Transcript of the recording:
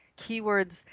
keywords